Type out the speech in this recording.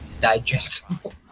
digestible